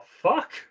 fuck